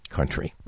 Country